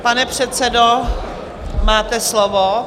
Pane předsedo, máte slovo.